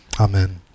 Amen